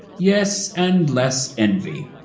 yes and less envy.